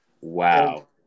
Wow